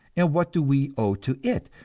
and what do we owe to it?